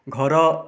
ଘର